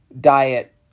diet